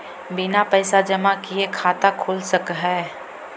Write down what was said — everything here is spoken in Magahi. बिना पैसा जमा किए खाता खुल सक है?